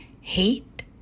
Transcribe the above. hate